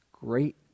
great